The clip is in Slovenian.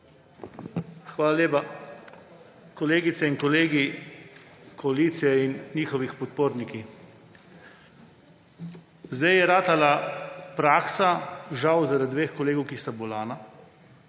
Hvala lepa. Kolegice in kolegi, koalicija in njihovi podporniki! Zdaj je postala praksa, žal zaradi dveh kolegov, ki sta bolna,